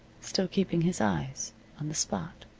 still keeping his eyes on the spot.